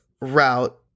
route